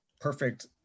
perfect